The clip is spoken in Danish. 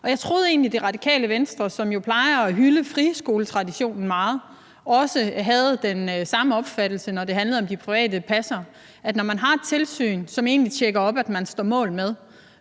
Jeg troede egentlig, at Radikale Venstre, som jo plejer at hylde friskoletraditionen meget, også havde den samme opfattelse, når det handlede om de private passere: at når der er et tilsyn, som egentlig tjekker op på, at man står mål med